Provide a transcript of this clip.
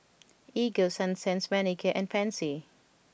Ego Sunsense Manicare and Pansy